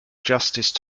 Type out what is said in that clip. justice